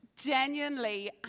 Genuinely